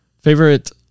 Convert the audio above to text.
favorite